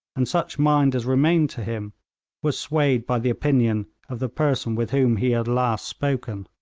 and such mind as remained to him was swayed by the opinion of the person with whom he had last spoken.